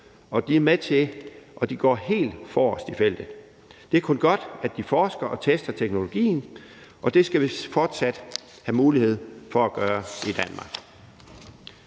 sted hen, og de går helt forrest i feltet. Det er kun godt, at de forsker og tester teknologien. Det skal vi fortsat have mulighed for at gøre i Danmark.